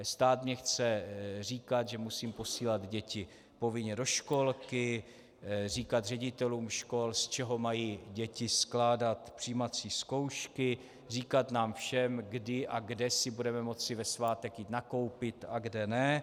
Stát mně chce říkat, že musím posílat děti povinně do školky, říkat ředitelům škol, z čeho mají děti skládat přijímací zkoušky, říkat nám všem, kdy a kde si budeme moci ve svátek jít nakoupit a kde ne.